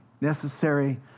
necessary